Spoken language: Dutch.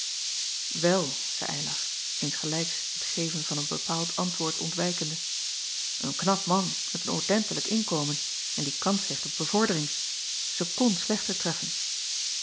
zeî ylar insgelijks het geven van een bepaald antwoord ontwijkende een knap man met een ordentelijk inkomen en die kans heeft op bevordering zij kon slechter treffen